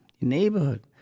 neighborhood